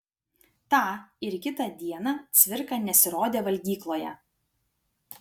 tą ir kitą dieną cvirka nesirodė valgykloje